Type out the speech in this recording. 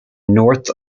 north